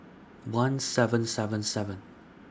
one seven seven seven